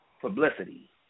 publicity